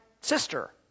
sister